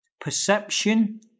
perception